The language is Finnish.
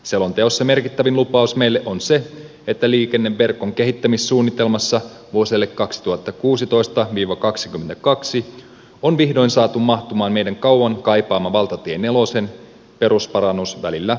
selonteossa merkittävin lupaus meille on se että liikenne verkon kehittämissuunnitelmassa vuosille kaksituhattakuusitoista viiva kaksikymmentäkaksi on vihdoin saatu mahtumaan miten kauan kaipaama valtatie nelosen perusparannus välillä